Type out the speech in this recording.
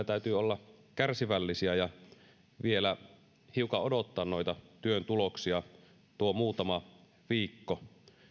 täytyy olla kärsivällisiä ja vielä hiukan odottaa noita työn tuloksia tuo muutama viikko